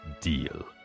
deal